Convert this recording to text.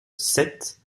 sept